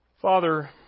Father